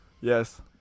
Yes